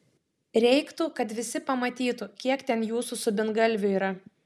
reiktų kad visi pamatytų kiek ten jūsų subingalvių yra